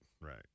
Right